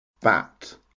bat